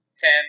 Ten